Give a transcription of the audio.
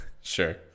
Sure